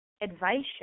advice